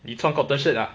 你穿 cotton shirt ah